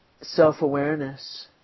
self-awareness